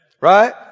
right